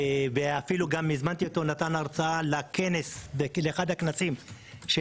ואפילו גם הזמנתי אותו לתת הרצאה באחד הכנסים של